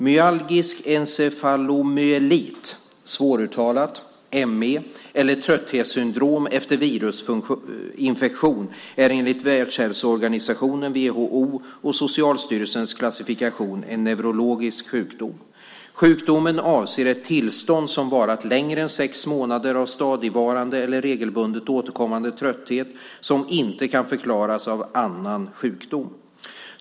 Myalgisk encefalomyelit, ME, eller trötthetssyndrom efter virusinfektion är enligt Världshälsoorganisationens och Socialstyrelsens klassifikation en neurologisk sjukdom. Sjukdomen avser ett tillstånd som varat längre än sex månader av stadigvarande eller regelbundet återkommande trötthet som inte kan förklaras av annan sjukdom.